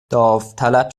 داوطلب